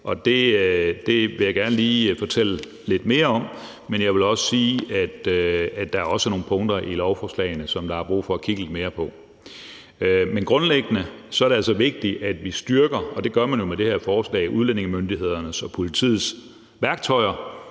Det vil jeg gerne lige fortælle lidt mere om, men jeg vil også sige, at der også er nogle punkter i forslagene, som der er brug for at kigge lidt mere på. Grundlæggende er det vigtigt, at vi styrker – og det gør man jo med det her